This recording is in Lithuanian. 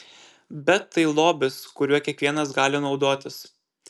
bet tai lobis kuriuo kiekvienas gali naudotis